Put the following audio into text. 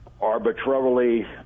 arbitrarily